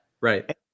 Right